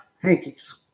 hankies